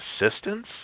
assistance